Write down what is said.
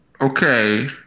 Okay